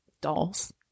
Dolls